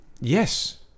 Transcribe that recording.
Yes